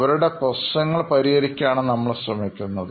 അവരുടെ പ്രശ്നങ്ങൾ പരിഹരിക്കാനാണ് നമ്മൾ ശ്രമിക്കുന്നത്